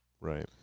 Right